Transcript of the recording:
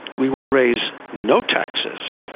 we will raise no taxes,